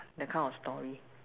that kind of story